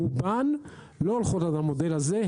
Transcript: רובן לא הולכות על המודל הזה,